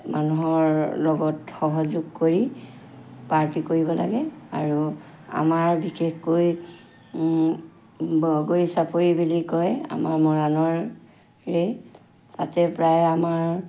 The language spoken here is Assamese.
মানুহৰ লগত সহযোগ কৰি পাৰ্টি কৰিব লাগে আৰু আমাৰ বিশেষকৈ বগৰী চাপৰি বুলি কয় আমাৰ মৰাণৰেই তাতে প্ৰায় আমাৰ